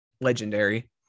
legendary